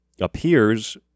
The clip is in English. appears